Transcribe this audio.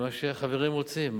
מה שהחברים רוצים.